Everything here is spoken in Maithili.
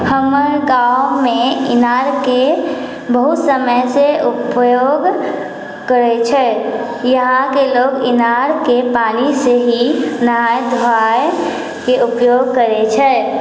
हमर गाँवमे इनारके बहुत समयसँ उपयोग करै छै यहाँके लोक इनारके पानिसँ ही नहाय धोआयके उपयोग करै छै